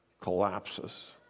collapses